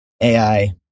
AI